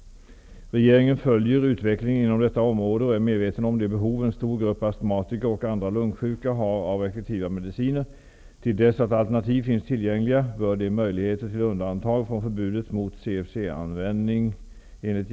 Regeringen följer utvecklingen inom detta område och är medveten om de behov en stor grupp astmatiker och andra lungsjuka har av effektiva mediciner. Till dess att alternativ finns tillgängliga bör möjligheter till undantag från förbudet mot